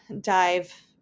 dive